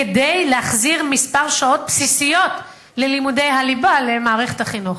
כדי להחזיר מספר שעות בסיסיות ללימודי הליבה למערכת החינוך.